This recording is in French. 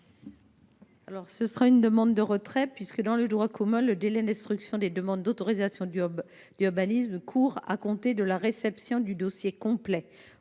Quel est l’avis de la commission ? Dans le droit commun, le délai d’instruction des demandes d’autorisation d’urbanisme court à compter de la réception du dossier complet.